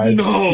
no